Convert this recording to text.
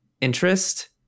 interest